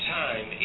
time